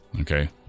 okay